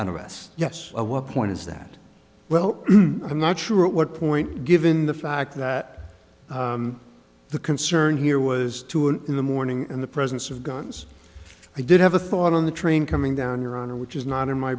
us yes i will point is that well i'm not sure at what point given the fact that the concern here was two in the morning in the presence of guns i did have a thought on the train coming down your honor which is not in my